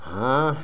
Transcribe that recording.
হাঁহ